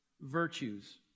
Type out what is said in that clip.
virtues